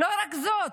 לא רק זאת,